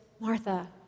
Martha